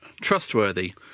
trustworthy